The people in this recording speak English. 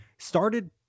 Started